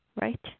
right